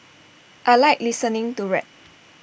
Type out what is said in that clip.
I Like listening to rap